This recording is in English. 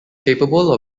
capable